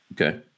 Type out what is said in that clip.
Okay